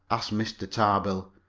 asked mr. tarbill.